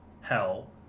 Hell